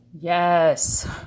yes